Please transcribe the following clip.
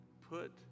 put